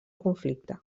conflicte